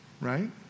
right